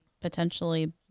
potentially